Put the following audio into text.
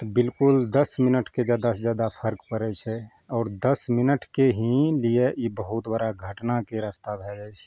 तऽ बिलकुल दस मिनटके जादासँ जादा फर्क पड़य छै आओर दस मिनटके ही लिअ ई बहुत बड़ा घटनाके रस्ता भए जाइ छै